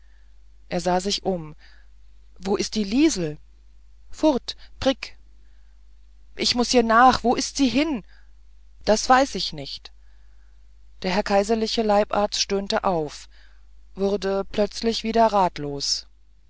er sah sich um wo is die liesel furt pric ich muß ihr nach wo ist sie hin das weiß ich nicht der kaiserliche leibarzt stöhnte auf wurde plötzlich wieder ratlos